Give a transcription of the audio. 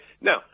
Now